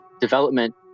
development